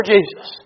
Jesus